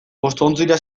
postontzira